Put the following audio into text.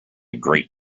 great